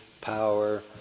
Power